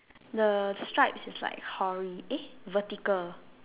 the stripe is like hori~ eh vertical